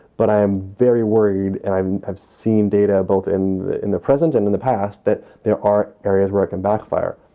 but i'm very worried. and i have seen data both in in the present and in the past that there are areas where it can backfire.